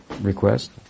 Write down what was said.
request